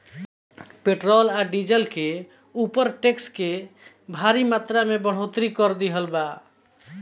petrol आ diesel के ऊपर टैक्स के भारी मात्रा में बढ़ोतरी कर दीहल बा